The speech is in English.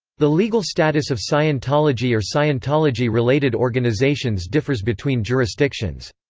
the legal status of scientology or scientology-related organizations differs between jurisdictions.